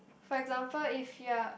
for example if you're